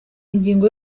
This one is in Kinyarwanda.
ingingo